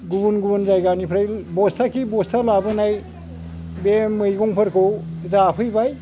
गुबुन गुबुन जायगानिफ्राइ बस्थाखि बस्था लाबोनाय बे मैगं फोरखौ जाफैबाय